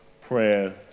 prayer